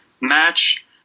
match